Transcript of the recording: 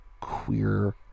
queer